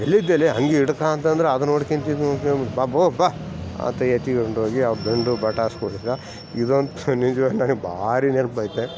ಎಲ್ಲಿದಿಯಲೆ ಅಂಗಿ ಹಿಡ್ಕೊಂತಾ ಅಂದರೆ ಅದು ನೋಡ್ಕೊಂತ ಇದು ನೋಡ್ಕ್ಯಂತ ಬಿಟ್ಟು ಬಾಬು ಬಾ ಅಂತ ಎತ್ತಿಕೊಂಡ್ ಹೋಗಿ ಬೆಂಡು ಬತಾಸ್ ಕೊಡಿಸ್ದಾ ಇದೊಂದು ನಿಜವಾಗ್ಲೂ ನನಗ್ ಭಾರೀ ನೆನಪು ಆಯ್ತೆ